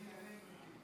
אדוני השר,